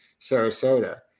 Sarasota